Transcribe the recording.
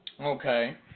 Okay